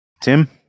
Tim